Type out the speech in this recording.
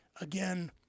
again